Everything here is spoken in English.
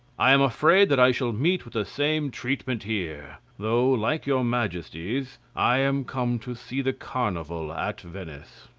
i am afraid that i shall meet with the same treatment here though, like your majesties, i am come to see the carnival at venice.